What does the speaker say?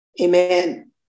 Amen